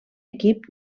equip